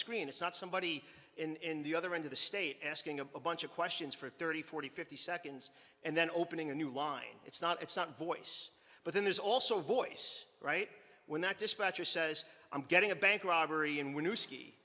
screen it's not somebody in the other end of the state asking a bunch of questions for thirty forty fifty seconds and then opening a new line it's not it's not voice but then there's also voice right when that dispatcher says i'm getting a bank robbery and w